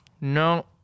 no